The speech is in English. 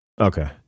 Okay